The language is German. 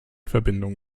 verbindung